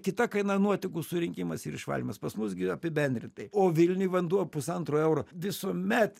kita kaina nuotekų surinkimas ir išvalymas pas mus gi apibendrintai o vilniuj vanduo pusantro euro visuomet